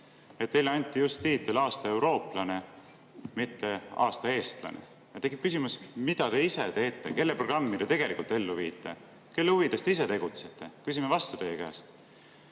Teile anti just tiitel aasta eurooplane, mitte aasta eestlane. Tekib küsimus, mida te ise teete. Kelle programmi te tegelikult ellu viite? Kelle huvides te ise tegutsete? Küsime vastu teie käest.